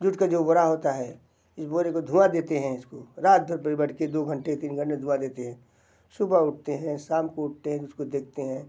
jute का जो बोरा होता है इस बोरे को धुँआ देते हैं इसको रातभर फिर बैठ के दो घंटे तीन घंटे धुँआ देते हैं सुबह उठते हैं शाम को उठते हैं फिर इसको देखते हैं